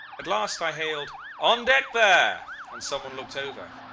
at last i hailed on deck there and someone looked over.